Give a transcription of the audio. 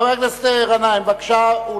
חבר הכנסת גנאים, בבקשה.